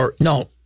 no